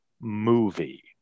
movie